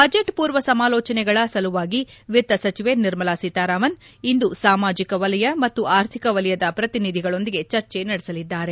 budget ಪೂರ್ವ ಸಮಾಲೋಚನೆಗಳ ಸಲುವಾಗಿ ವಿತ್ತ ಸಚಿವೆ ನಿರ್ಮಲಾ ಸೀತಾರಾಮನ್ ಇಂದು ಸಾಮಾಜಿಕ ವಲಯ ಮತ್ತು ಆರ್ಥಿಕ ವಲಯದ ಪ್ರತಿನಿಧಿಗಳೊಡನೆ ಚರ್ಜೆ ನಡೆಸಲಿದ್ದಾರೆ